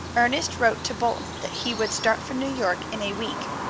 ernest wrote to bolton that he would start for new york in a week.